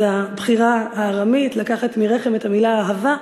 אז הבחירה הארמית, לקחת מ"רחם" את המילה "אהבה",